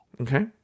Okay